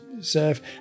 serve